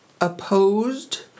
opposed